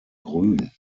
grün